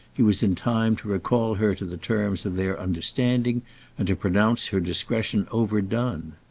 he was in time to recall her to the terms of their understanding and to pronounce her discretion overdone.